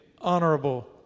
honorable